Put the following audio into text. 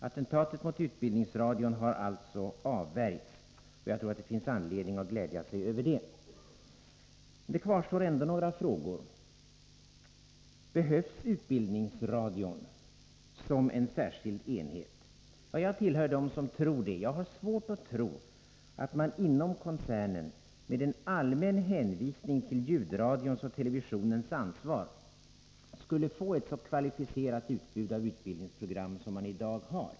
Attentatet mot utbildningsradion har alltså avvärjts, och jag tror att det finns anledning att glädja sig över det. Men några frågor kvarstår ändå. Behövs utbildningsradion som en särskild enhet? Jag tillhör dem som tror det. Jag har svårt att tro att man inom koncernen med en allmän hänvisning till ljudradions och televisionens ansvar skulle få ett så kvalificerat utbud av utbildningsprogram som man i dag har.